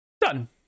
Done